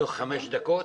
תוך חמש דקות?